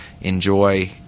enjoy